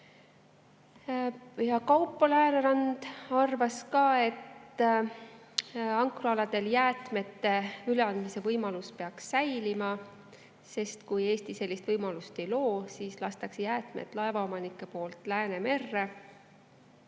Kaupo Läänerand arvas, et ankrualadel jäätmete üleandmise võimalus peaks säilima, sest kui Eesti sellist võimalust ei loo, siis laseb laevaomanik jäätmed Läänemerre.